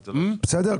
בסדר?